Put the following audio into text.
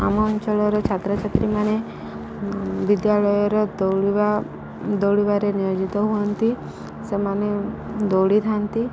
ଆମ ଅଞ୍ଚଳର ଛାତ୍ରଛାତ୍ରୀମାନେ ବିଦ୍ୟାଳୟର ଦୌଡ଼ିବା ଦୌଡ଼ିବାରେ ନିୟୋଜିତ ହୁଅନ୍ତି ସେମାନେ ଦୌଡ଼ିଥାନ୍ତି